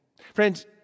Friends